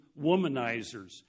womanizers